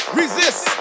resist